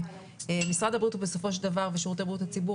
שמשרד הבריאות ושירותי בריאות הציבור,